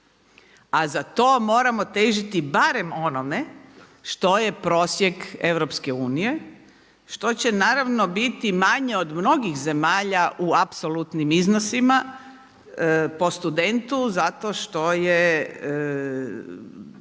A za to moramo težiti barem onome što je prosjek EU, što će naravno biti manje od mnogih zemalja u apsolutnim iznosima po studentu zato što je